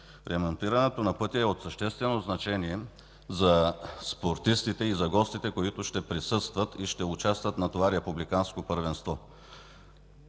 Ремонтирането на пътя е от съществено значение за спортистите и за гостите, които ще присъстват и ще участват на това Републиканско първенство.